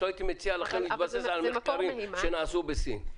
שלא הייתי מציע לכם להתבסס על מחקרים שנעשו בסין,